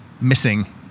missing